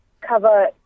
cover